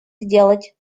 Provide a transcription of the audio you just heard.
сделать